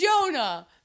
Jonah